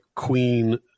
Queen